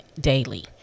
daily